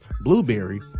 Blueberry